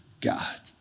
God